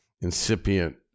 incipient